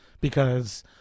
because-